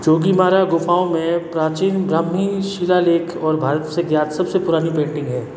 जोगीमारा गुफाओं में प्राचीन ब्राह्मी शिलालेख और भारत से ज्ञात सबसे पुरानी पेंटिंग हैं